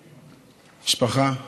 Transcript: משפחה,